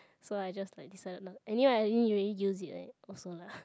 so I just like decide not anyway I didn't really use it also lah